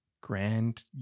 grand